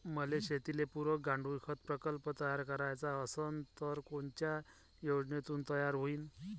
मले शेतीले पुरक गांडूळखत प्रकल्प तयार करायचा असन तर तो कोनच्या योजनेतून तयार होईन?